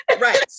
Right